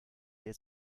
der